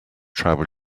tribal